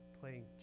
playing